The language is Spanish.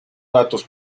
datos